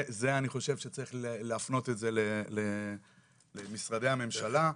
זה אני חושב שצריך להפנות למשרדי הממשלה,